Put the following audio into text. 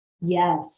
Yes